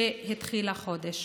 שהתחיל החודש.